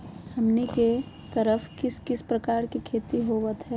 हमनी के तरफ किस किस प्रकार के खेती होवत है?